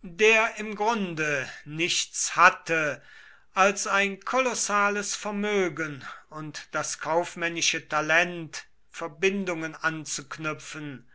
der im grunde nichts hatte als ein kolossales vermögen und das kaufmännische talent verbindungen anzuknüpfen